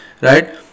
right